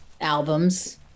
albums